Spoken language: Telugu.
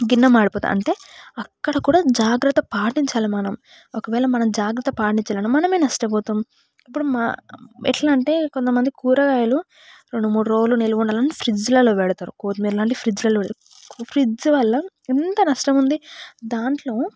గిన్నె మాడిపోతుంది అంటే అక్కడ కూడా జాగ్రత్త పాటించాలి మనం ఒకవేళ జాగ్రత్త పాటించడం మనమే నష్టపోతాం ఇప్పుడు మా ఎట్లా అంటే కొంతమంది కూరగాయలు రెండు మూడు రోజులు నిల్వ ఉండాలని ఫ్రిడ్జ్లలో పెడతారు కొత్తిమీర లాంటి ఫ్రిడ్జ్లలో పెడతారు ఫ్రిడ్జ్ వల్ల ఎంత నష్టం ఉంది దాంట్లో